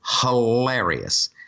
Hilarious